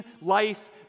life